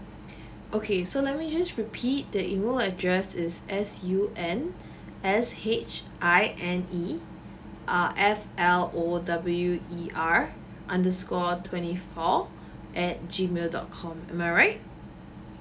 okay so lemme just repeat the email address is S U N S H I N E uh F L O W E R underscore twenty four at G mail dot com am I right